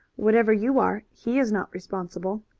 whatever you are he is not responsible.